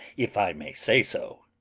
if i may say so.